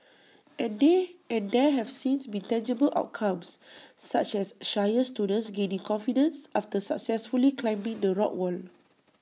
and they and there have since been tangible outcomes such as shyer students gaining confidence after successfully climbing the rock wall